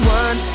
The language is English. one